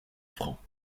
francs